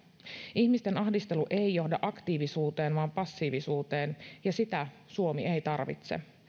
ihmisten ahdistelu ei johda aktiivisuuteen vaan passiivisuuteen ja sitä suomi ei tarvitse